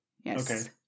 Yes